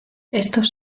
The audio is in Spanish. estos